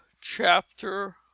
chapter